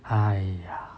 !aiya!